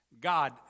God